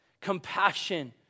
compassion